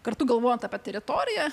kartu galvojant apie teritoriją